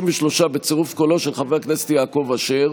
33 בצירוף קולו של חבר הכנסת יעקב אשר.